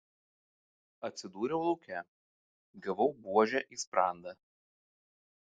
atsidūriau lauke gavau buože į sprandą